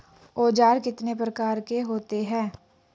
औज़ार कितने प्रकार के होते हैं?